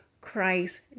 Christ